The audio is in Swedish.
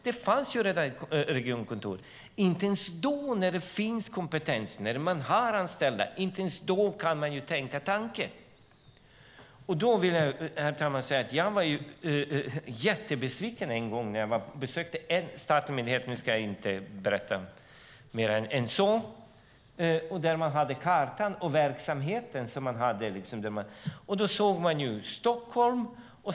Det fanns redan ett regionkontor. Inte ens när det finns kompetens och de har anställda kan de tänka tanken. Herr talman! Jag var jättebesviken en gång när jag besökte en statlig myndighet. Jag ska inte berätta mer än så. Där hade de kartan över verksamheten. Man såg Stockholm.